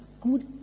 good